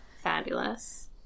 fabulous